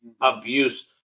abuse